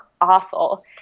awful